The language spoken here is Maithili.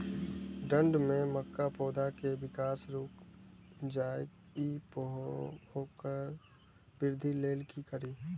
ठंढ में मक्का पौधा के विकास रूक जाय इ वोकर वृद्धि लेल कि करी?